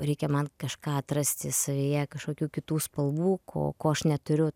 reikia man kažką atrasti savyje kažkokių kitų spalvų ko ko aš neturiu